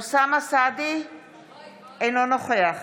אינו נוכח